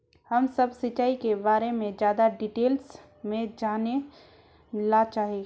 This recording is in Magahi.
हम सब सिंचाई के बारे में ज्यादा डिटेल्स में जाने ला चाहे?